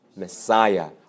Messiah